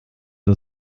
zur